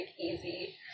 easy